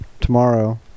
tomorrow